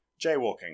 jaywalking